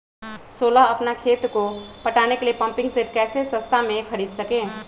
सोलह अपना खेत को पटाने के लिए पम्पिंग सेट कैसे सस्ता मे खरीद सके?